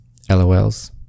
LOLs